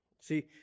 See